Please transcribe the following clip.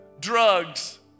drugs